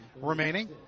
remaining